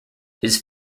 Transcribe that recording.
his